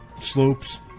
slopes